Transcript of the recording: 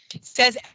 Says